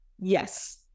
Yes